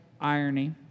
irony